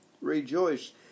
Rejoice